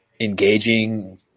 Engaging